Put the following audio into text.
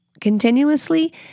continuously